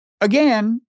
again